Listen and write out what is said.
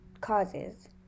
causes